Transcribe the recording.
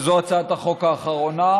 שזו הצעת החוק האחרונה,